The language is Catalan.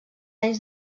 anys